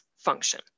function